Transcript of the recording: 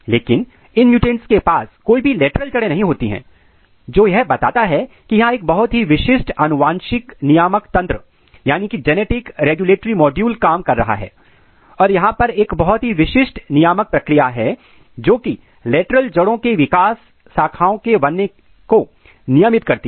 लेकिन इन म्युटेंट्स के पास कोई भी लेटरल जड़ें नहीं होती हैं जो यह बताता है की यहां एक बहुत ही विशिष्ट अनुवांशिक नियामक तंत्र जेनेटिक रेगुलेटरी माड्यूल्स काम कर रहा है और यहां पर एक बहुत ही विशिष्ट नियामक प्रक्रिया है जोकि लेटरल जोड़ों के विकास शाखाओं के बनने को नियमित करती है